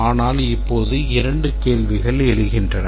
ஆனால் இப்போது இரண்டு கேள்விகள் எழுகின்றன